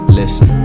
listen